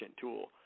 tool